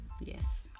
yes